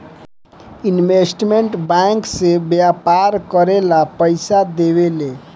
investment bank से व्यापार करेला पइसा देवेले